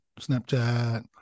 Snapchat